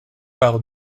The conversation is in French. par